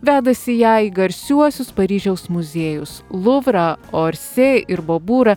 vedasi ją į garsiuosius paryžiaus muziejus luvrą orsi ir boburą